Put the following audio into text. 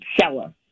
seller